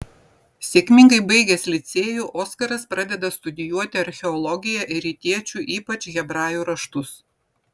sėkmingai baigęs licėjų oskaras pradeda studijuoti archeologiją ir rytiečių ypač hebrajų raštus